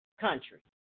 country